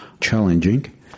challenging